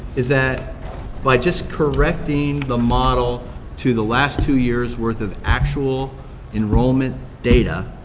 is that by just correcting the model to the last two years worth of actual enrollment data,